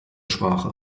sprache